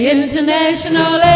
international